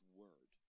word